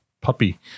puppy